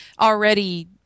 already